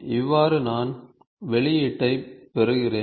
இவ்வாறு நான் வெளியீட்டை பெறுகிறேன்